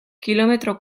kilometro